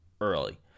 early